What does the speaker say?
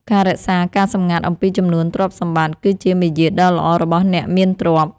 ការរក្សាការសម្ងាត់អំពីចំនួនទ្រព្យសម្បត្តិ គឺជាមារយាទដ៏ល្អរបស់អ្នកមានទ្រព្យ។